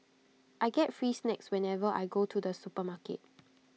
I get free snacks whenever I go to the supermarket